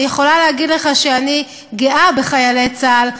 אני יכולה להגיד לך שאני גאה בחיילי צה"ל,